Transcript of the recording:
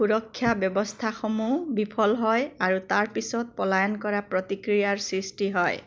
সুৰক্ষা ব্যৱস্থাসমূহ বিফল হয় আৰু তাৰ পিছত পলায়ন কৰা প্ৰতিক্ৰিয়াৰ সৃষ্টি হয়